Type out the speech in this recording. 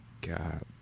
God